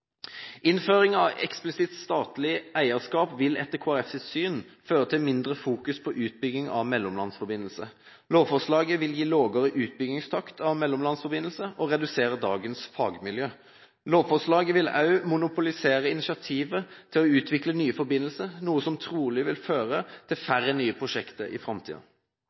Innføring av eksplisitt statlig eierskap vil etter Kristelig Folkepartis syn føre til mindre fokus på utbygging av mellomlandsforbindelser. Lovforslaget vil gi lavere utbyggingstakt av mellomlandsforbindelser og redusere dagens fagmiljø. Lovforslaget vil også monopolisere initiativet til å utvikle nye forbindelser, noe som trolig vil føre til færre nye prosjekter i